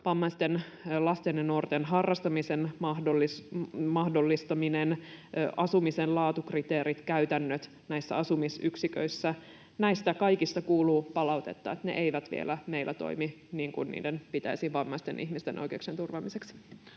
vammaisten lasten ja nuorten harrastamisen mahdollistaminen, asumisen laatukriteerit, käytännöt näissä asumisyksiköissä — näistä kaikista kuuluu palautetta, että ne eivät vielä meillä toimi niin kuin niiden pitäisi vammaisten ihmisten oikeuksien turvaamiseksi.